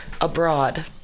abroad